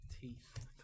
Teeth